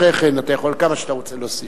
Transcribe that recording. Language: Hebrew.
אחרי כן אתה יכול כמה שאתה רוצה להוסיף.